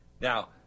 Now